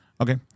Okay